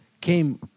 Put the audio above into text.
came